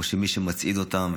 או שמי שמצעיד אותם,